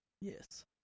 Yes